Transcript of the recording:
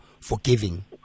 forgiving